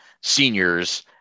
seniors